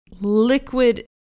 liquid